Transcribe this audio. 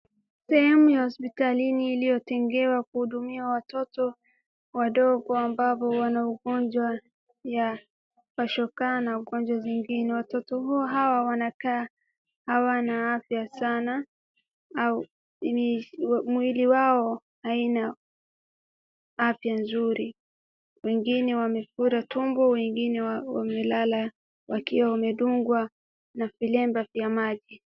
Sehemu ya hospitalini iliyotengewa kuhudumia watoto wadogo ambao wana ugonjwa ya shokaa na ugonjwa zingine. Watoto hawa wanakaa hawana afya sana au mwili yao haina afya nzuri. Wengine wamefura tumbo wengine wamelala wakiwa wamedungwa na vilemba vya maji.